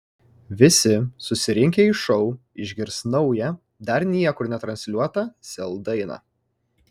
visi susirinkę į šou išgirs naują dar niekur netransliuotą sel dainą